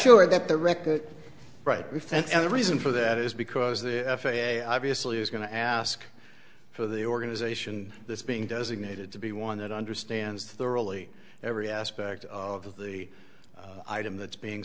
sure that the record right we found and the reason for that is because the f a a obviously is going to ask for the organization that's being designated to be one that understands thoroughly every aspect of the item that's being